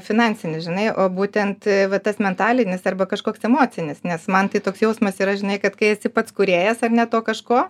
finansinis žinai o būtent va tas mentalinis arba kažkoks emocinis nes man tai toks jausmas yra žinai kad kai esi pats kūrėjas to kažko